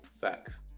Facts